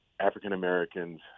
African-Americans